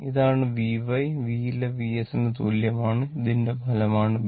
ഇതാണ് Vy V ലെ Vs ന് തുല്യമാണ് ഇതിന്റെ ഫലമാണ് v